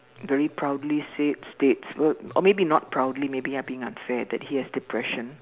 very proudly said uh or maybe not proudly maybe I'm being unfair that he has depression